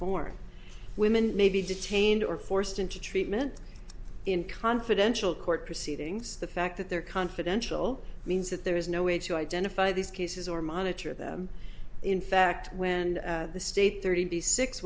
born women may be detained or forced into treatment in confidential court proceedings the fact that they're confidential means that there is no way to identify these cases or monitor them in fact when the state thirty six